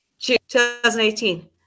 2018